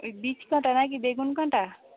ওই বীজ কাঁটা নাকি বেগুন কাঁটা